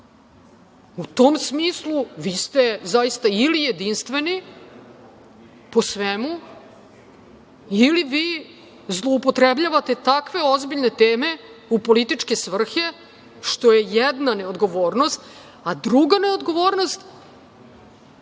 U tom smislu, vi ste, zaista, ili jedinstveni po svemu ili vi zloupotrebljavate takve ozbiljne teme u političke svrhe, što je jedna neodgovornost, a druga neodgovornost,